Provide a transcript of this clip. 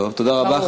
תודה רבה.